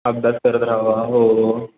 अभ्यास करत रहावा हो हो